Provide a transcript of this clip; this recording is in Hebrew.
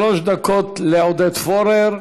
שלוש דקות לחבר הכנסת עודד פורר.